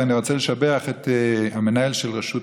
ואני רוצה לשבח את המנהל של רשות